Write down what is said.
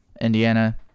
Indiana